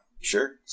Sure